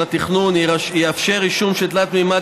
התכנון שיאפשר רישום של תלת-ממד,